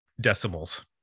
decimals